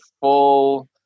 full